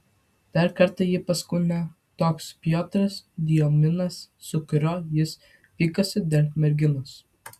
dar kartą jį paskundė toks piotras diominas su kuriuo jis pykosi dėl merginos